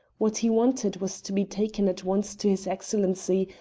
what he wanted was to be taken at once to his excellency,